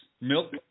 milk